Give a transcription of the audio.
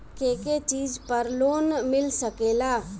के के चीज पर लोन मिल सकेला?